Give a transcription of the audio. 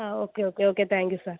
ആ okay okay okay thank you sir